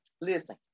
listen